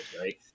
right